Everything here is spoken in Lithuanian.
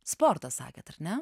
sportas sakėt ar ne